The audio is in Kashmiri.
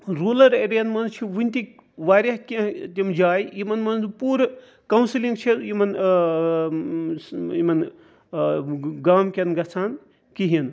روٗرَل ایریاہن مَنٛز چھِ وٕنہِ تہِ واریاہ کینٛہہ تِم جایہِ یِمَن مَنٛز پوٗرٕ کونٛسلِنٛگ چھِ یِمَن آ یِمن گامکٮ۪ن گَژھان کِہیٖنۍ